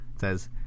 Says